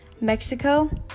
Mexico